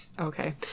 Okay